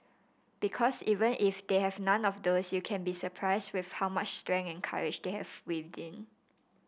because even if they have none of those you can be surprised with how much strength and courage they have within